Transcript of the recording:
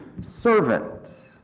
servant